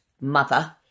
mother